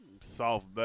Soft